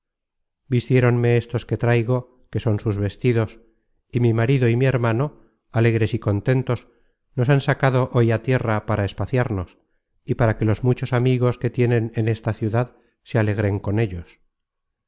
vistieronme éstos que traigo que son sus vestidos y mi marido y mi hermano alegres y contentos nos han sacado hoy á tierra para espaciarnos y para que los muchos amigos que tienen en esta ciudad se alegren con ellos